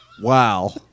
Wow